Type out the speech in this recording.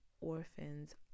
orphans